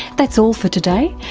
that's all for today,